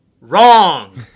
Wrong